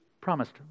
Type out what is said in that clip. promised